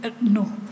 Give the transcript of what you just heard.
No